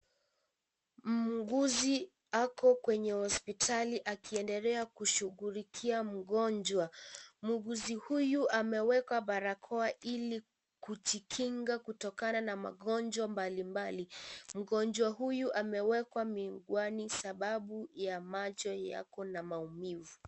Muuguzi ako kwenye hospitali akiendelea kushughulikia mgonjwa. Muuguzi huyu ameweka barakoa ili kujikinga kutokana na magonjwa mbalimbali. Mgonjwa huyu amewekwa miwani sababu ya macho yako na maumivu.